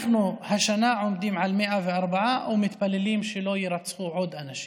השנה אנחנו עומדים על 104 ומתפללים שלא יירצחו עוד אנשים.